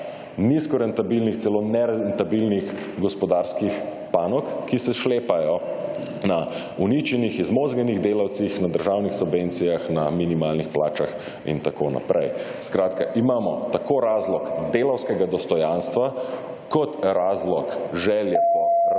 nizko rentabilnih, celo nerentabilnih gospodarskih panog, ki se »šlepajo« na uničenih, izmozganih delavcih, na državnih subvencijah, na minimalnih plačah in tako naprej. Skratka, imamo tako razlog delavskega dostojanstva, kot razlog, / znak za